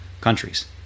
countries